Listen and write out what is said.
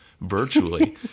virtually